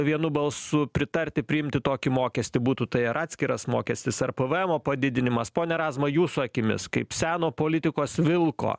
vienu balsu pritarti priimti tokį mokestį būtų tai ar atskiras mokestis ar pvemo padidinimas pone razma jūsų akimis kaip seno politikos vilko